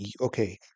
okay